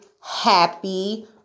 happy